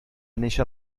néixer